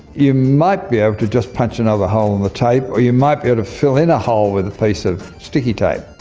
you might be able to just punch another hole in the tape or you might be able to fill in a hole with a piece of sticky tape.